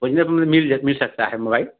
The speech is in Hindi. बजने पर मिल मिल सकता है मोबाईल